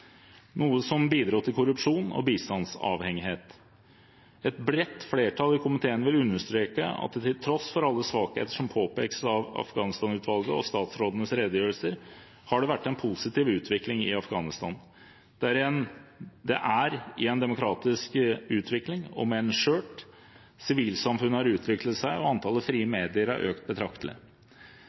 noe som bidro til korrupsjon og bistandsavhengighet. Et bredt flertall i komiteen vil understreke at det til tross for alle svakheter som påpekes av Afghanistan-utvalget og i statsrådenes redegjørelser, har vært en positiv utvikling i Afghanistan. Det er en demokratisk utvikling, om enn skjør. Sivilsamfunnet har utviklet seg, og antallet frie medier har økt betraktelig.